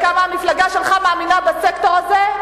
וכמה המפלגה שלך מאמינה בסקטור הזה,